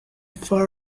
far